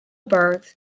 burghs